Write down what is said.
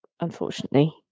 Unfortunately